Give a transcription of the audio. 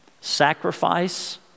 sacrifice